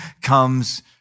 comes